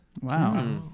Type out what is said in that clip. Wow